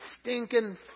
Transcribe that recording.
stinking